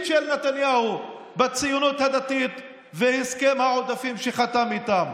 של נתניהו בציונות הדתית והסכם העודפים שחתם איתם.